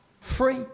free